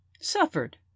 Suffered